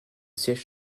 siège